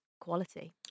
quality